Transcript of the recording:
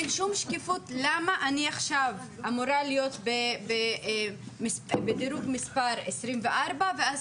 למה אני עכשיו אמורה להיות בדירוג מספר 24 ואז